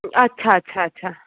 अच्छा अच्छा अच्छा